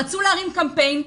רצו להקים קמפיין,